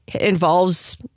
involves